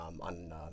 on